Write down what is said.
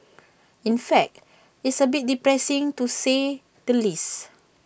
in fact it's A bit depressing to say the least